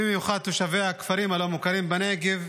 במיוחד תושבי הכפרים הלא-מוכרים בנגב,